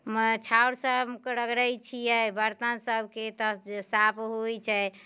छाउरसँ रगड़ैत छियै बर्तन सभकेँ तऽ जे साफ होइत छै